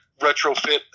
retrofit